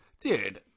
dude